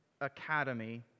Academy